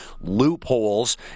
loopholes